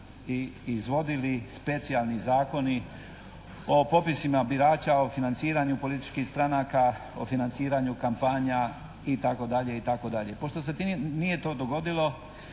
i izvodili specijalni zakoni o popisima birača, o financiranju političkih stranaka, o financiranju kampanja i tako dalje i tako